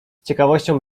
ciekawością